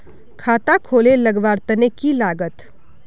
खाता खोले लगवार तने की लागत?